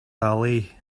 ali